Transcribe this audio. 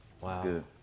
Wow